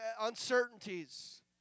uncertainties